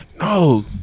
No